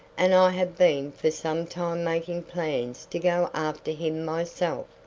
and i have been for some time making plans to go after him myself.